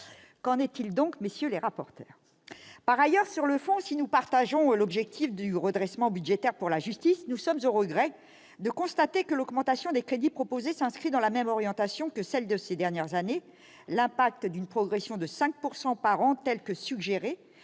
Qu'en est-il exactement, messieurs les rapporteurs ? Par ailleurs, sur le fond, si nous partageons l'objectif de redressement budgétaire pour la justice, nous sommes au regret de constater que l'augmentation des crédits proposée s'inscrit dans la même orientation que celle de ces dernières années : une progression de 5 % par an bénéficiera